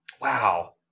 Wow